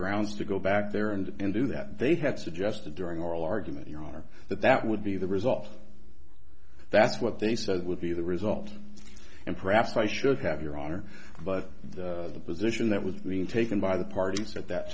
grounds to go back there and do that they had suggested during oral argument you are that that would be the result that's what they said would be the result and perhaps i should have your honor but the position that was being taken by the parties at that